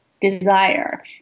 desire